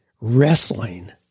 Wrestling